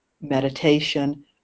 meditation